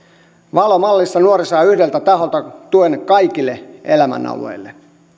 valo mallissa nuori saa yhdeltä taholta tuen kaikille elämänalueille